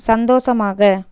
சந்தோஷமாக